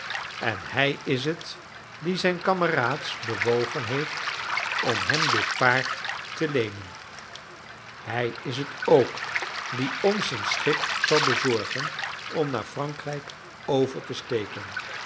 en hij is het die zijne kameraads bewogen heeft om hem dit paard te leenen hij is het ook die ons een schip zal bezorgen om naar frankrijk over te steken